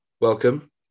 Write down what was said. Welcome